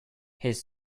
his